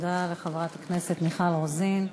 תודה לחברת הכנסת מיכל רוזין.